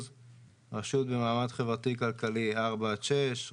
רשות במעמד חברתי כלכלי 4-6,